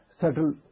subtle